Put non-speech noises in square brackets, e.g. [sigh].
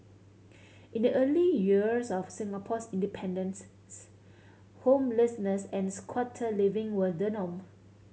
[noise] in the early years of Singapore's independence's homelessness and squatter living were the norm